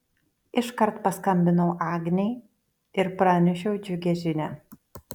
iškart paskambinau agnei ir pranešiau džiugią žinią